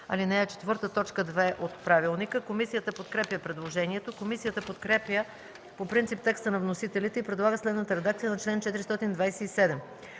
ал. 4, т. 2 от ПОДНС. Комисията подкрепя предложението. Комисията подкрепя по принцип текста на вносителите и предлага следната редакция на чл. 427: